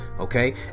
Okay